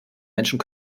menschen